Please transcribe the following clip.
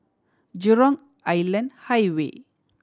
Jurong Island Highway